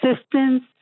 assistance